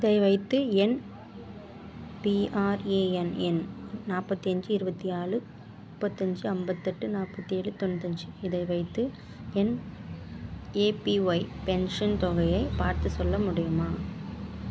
இதை வைத்து என் பிஆர்ஏஎன் எண் நாற்பத்தி அஞ்சு இருபத்தி நாலு முப்பத்தைஞ்சி ஐம்பத்தெட்டு நாற்பத்தி ஏழு தொண்ணுாத்தைஞ்சி இதை வைத்து என் ஏபிஒய் பென்ஷன் தொகையை பார்த்துச் சொல்ல முடியுமா